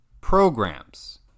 programs